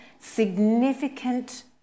significant